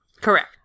Correct